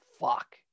fuck